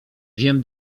wiem